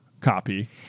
copy